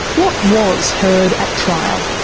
what was heard at trial?